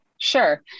Sure